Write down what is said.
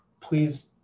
please